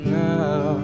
now